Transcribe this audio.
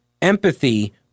empathy